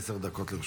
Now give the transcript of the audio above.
עשר דקות לרשותך.